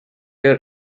ear